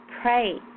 Pray